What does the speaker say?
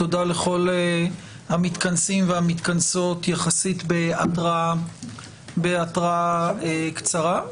תודה לכל המתכנסים והמתכנסות יחסית בהתראה קצרה.